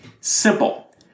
Simple